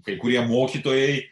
kai kurie mokytojai